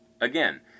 again